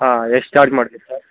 ಹಾಂ ಎಷ್ಟು ಚಾರ್ಜ್ ಮಾಡ್ತಿರ ಸರ್